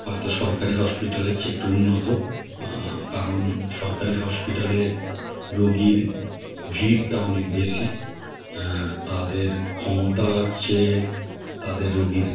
হয়তো সরকারি হসপিটালের চেয়ে একটু উন্নত কারণ সরকারি হসপিটালে রোগীর ভিড়টা অনেক বেশি তাদের ক্ষমতার চেয়ে তাদের রোগীর